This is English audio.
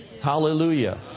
Hallelujah